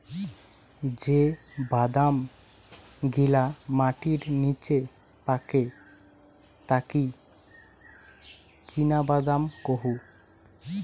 যে বাদাম গিলা মাটির নিচে পাকে তাকি চীনাবাদাম কুহু